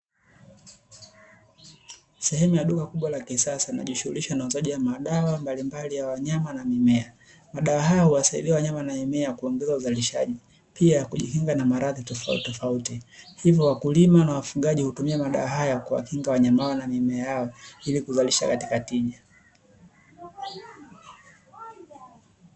Sehemu ya duka kubwa la kisasa, linalojishughulisha na uuzaji wa madawa mbalimbali ya wanyama na mimea. Madawa hayo huwasaidia wanyama na mimea kuongeza uzalishaji, pia kujikinga na maradhi tofautitofauti, hivyo wakulima na wafugaji hutumia madawa haya kuwakinga wanyama wao na mimea yao ili kuzalisha katika tija.